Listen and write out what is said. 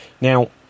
Now